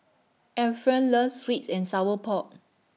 Efren loves Sweets and Sour Pork